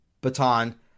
baton